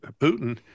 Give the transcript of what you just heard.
Putin